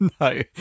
No